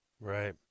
Right